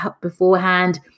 beforehand